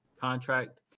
contract